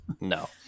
No